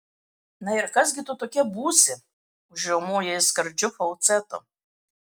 na ir kas gi tu tokia būsi užriaumojo jis skardžiu falcetu